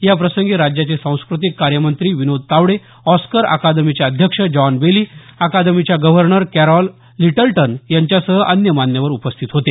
याप्रसंगी राज्याचे सांस्क्रतिक कार्यमंत्री विनोद तावडे ऑस्कर अकादमीचे अध्यक्ष जॉन बेली अकादमीच्या गव्हर्नर कॅरॉल लिटलटन यांच्यासह अन्य मान्यवर उपस्थित होते